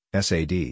SAD